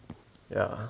ya